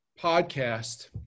podcast